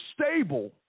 stable